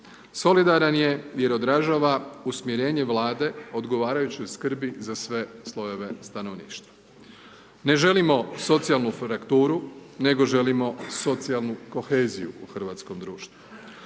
solidaran je jer odražava usmjerenje Vlade odgovarajućoj skrbi za sve slojeve stanovništva. Ne želimo socijalnu frakturu, nego želimo socijalnu koheziju u hrvatskom društvu.